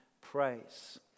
praise